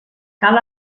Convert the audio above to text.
cal